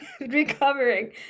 recovering